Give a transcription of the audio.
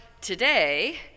today